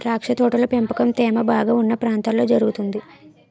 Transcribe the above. ద్రాక్ష తోటల పెంపకం తేమ బాగా ఉన్న ప్రాంతాల్లో జరుగుతుంది